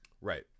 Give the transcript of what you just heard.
Right